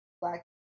black